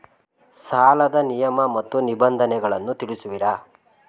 ಸಾಲದ ನಿಯಮ ಮತ್ತು ನಿಬಂಧನೆಗಳನ್ನು ತಿಳಿಸುವಿರಾ?